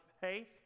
Faith